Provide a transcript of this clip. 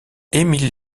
émile